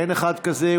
אין אחד כזה.